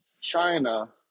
China